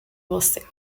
você